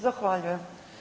Zahvaljujem.